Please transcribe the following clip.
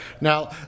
Now